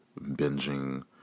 binging